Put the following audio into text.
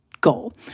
goal